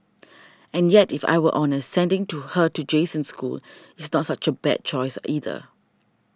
and yet if I were honest sending her to Jason's school is not such a bad choice either